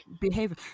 behavior